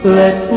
let